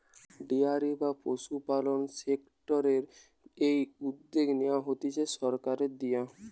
dairy বা পশুপালন সেক্টরের এই উদ্যগ নেয়া হতিছে সরকারের দিয়া